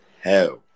hell